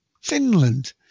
Finland